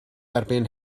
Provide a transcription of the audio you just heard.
erbyn